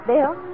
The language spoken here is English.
Bill